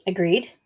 Agreed